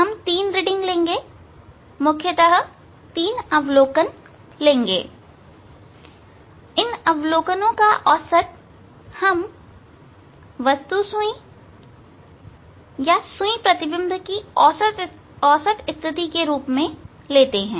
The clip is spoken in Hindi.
हम 3 रीडिंग लेंगे मुख्यतः तीन अवलोकन लेंगे इन अवलोकनो का औसत हम वस्तु सुई सुई प्रतिबिंब की औसत स्थिति के रूप में लेते हैं